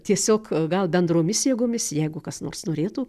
tiesiog gal bendromis jėgomis jeigu kas nors norėtų